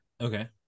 Okay